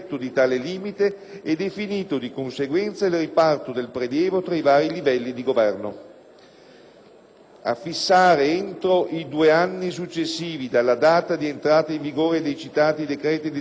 a fissare entro i due anni successivi alla data di entrata in vigore dei citati decreti legislativi la pressione fiscale complessiva ad un livello non superiore al 42